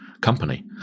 company